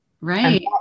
Right